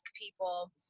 people